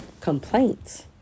complaints